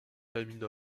famille